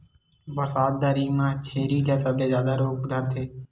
बरसात दरी म छेरी ल सबले जादा रोग धरथे